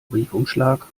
briefumschlag